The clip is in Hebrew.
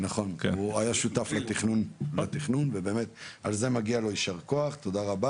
כל התחנות - יש לנו גם הסכם ושיתוף פעולה נהדר עם